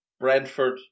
Brentford